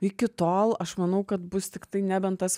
iki tol aš manau kad bus tiktai nebent tas